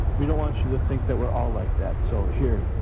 we don't want you to think that we're all like that so here,